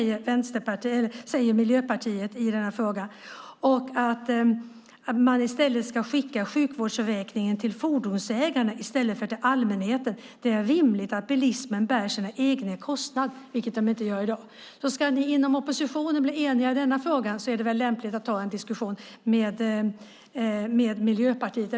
Det säger Miljöpartiet i denna fråga och menar att man ska skicka sjukvårdsräkningen till fordonsägare i stället för till allmänheten. Det är rimligt att bilismen bär sina egna kostnader, vilket de inte gör i dag. Ska ni inom oppositionen bli eniga i denna fråga är det lämpligt att ta en diskussion med Miljöpartiet.